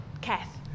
Kath